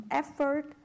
effort